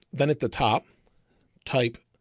then at the top type,